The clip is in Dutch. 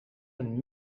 een